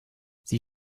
sie